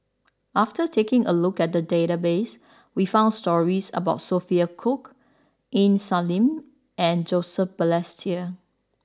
after taking a look at the database we found stories about Sophia Cooke Aini Salim and Joseph Balestier